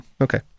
okay